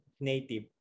native